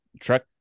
truck